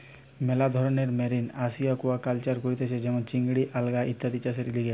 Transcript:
মেলা ধরণের marine aquaculture করতিছে যেমন চিংড়ি, আলগা ইত্যাদি চাষের লিগে